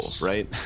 right